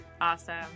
Awesome